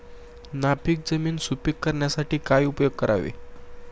नापीक जमीन सुपीक करण्यासाठी काय उपयोग करावे?